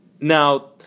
Now